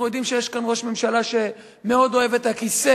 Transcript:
כי אנחנו יודעים שיש כאן ראש ממשלה שמאוד אוהב את הכיסא,